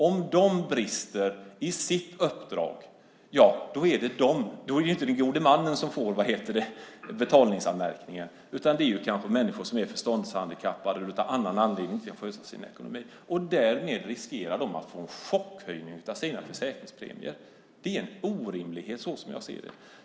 Om de brister i sitt uppdrag är det inte de gode männen som får betalningsanmärkningar utan människor som kanske är förståndshandikappade eller av annan anledning inte kan sköta sin ekonomi. Därmed riskerar de att få en chockhöjning av sina försäkringspremier. Det är en orimlighet.